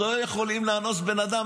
לא יכולים לאנוס בן אדם.